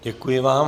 Děkuji vám.